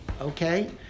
okay